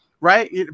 Right